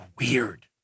Weird